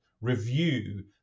review